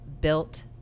built